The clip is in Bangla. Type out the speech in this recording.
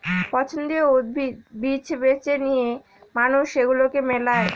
পছন্দীয় উদ্ভিদ, বীজ বেছে নিয়ে মানুষ সেগুলাকে মেলায়